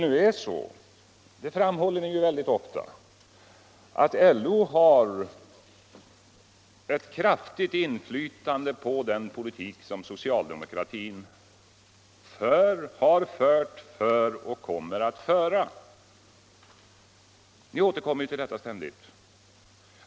Ni framhåller väldigt ofta LO:s kraftiga inflytande på den politik som socialdemokratin har fört, för och kommer att föra — ni återkommer ständigt till detta.